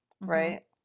right